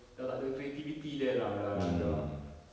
dah tak ada creativity there lah sudah sudah sudah